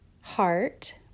heart